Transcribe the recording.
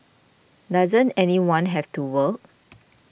doesn't anyone have to work